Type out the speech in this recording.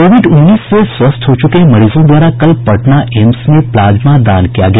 Covid उन्नीस से स्वस्थ हो चुके मरीजों द्वारा कल पटना एम्स में प्लाज्मा दान किया गया